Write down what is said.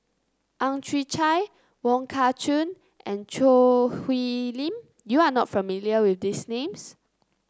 Ang Chwee Chai Wong Kah Chun and Choo Hwee Lim you are not familiar with these names